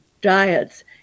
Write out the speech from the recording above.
diets